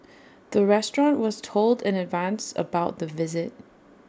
the restaurant was told in advance about the visit